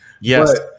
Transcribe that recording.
yes